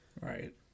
Right